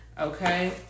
Okay